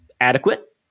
adequate